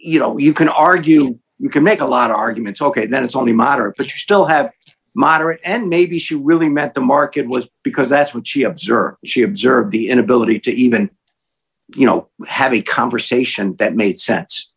you know you can argue you can make a lot of arguments ok then it's only moderate push still have moderate and maybe she really meant the mark it was because that's what she observed she observed the inability to even you know have a conversation that made sense